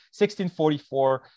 1644